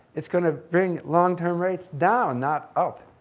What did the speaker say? it's going to bring long-term rates down, not up,